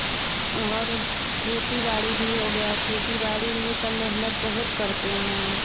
और खेती बाड़ी भी हो गया खेती बाड़ी में सब मेहनत बहुत करते हैं